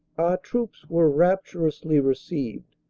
our troops were rapturously received.